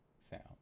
sound